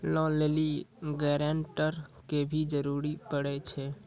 Loan लै लेली guarantor के भी जरूरी पड़ै छै?